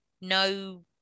No